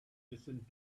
listened